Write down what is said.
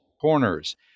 corners